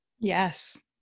Yes